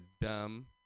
dumb